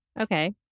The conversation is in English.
Okay